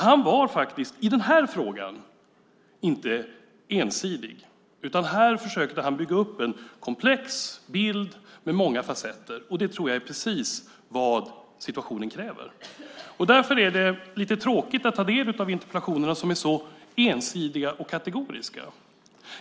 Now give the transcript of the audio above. Han var faktiskt i den här frågan inte ensidig, utan här försökte han bygga upp en komplex bild med många fasetter, och det tror jag är precis vad situationen kräver. Därför är det lite tråkigt att ta del av interpellationerna, som är så ensidiga och kategoriska.